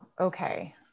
okay